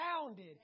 founded